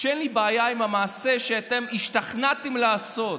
שאין לי בעיה עם המעשה שאתם השתכנעתם לעשות,